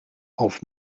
auf